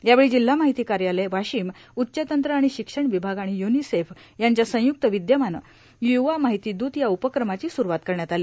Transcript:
यावेळी जिल्हा माहिती कार्यालय वाशिम उच्च तंत्र आणि शिक्षण विभाग आणि य्रनिसेफ यांच्या संयुक्त विद्यमानं युवा माहिती दूत या उपक्रमाची सुरूवात करण्यात आली